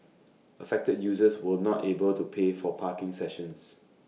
affected users were not able to pay for parking sessions